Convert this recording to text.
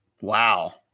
Wow